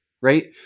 right